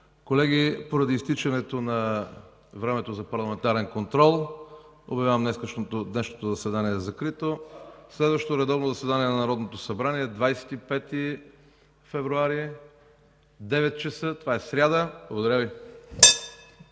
Колеги, поради изтичането на времето за парламентарен контрол обявявам днешното заседание за закрито. Следващото редовно заседание на Народното събрание е на 25 февруари 2015 г., сряда, от 9,00 ч. Благодаря Ви.